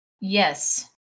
Yes